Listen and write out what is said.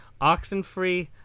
Oxenfree